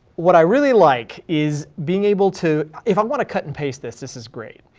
what i really like is being able to, if i want to cut and paste this, this is great,